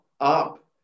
up